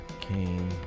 came